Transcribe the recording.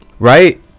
right